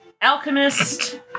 alchemist